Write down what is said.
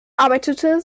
arbeitete